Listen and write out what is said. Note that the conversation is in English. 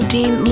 Dean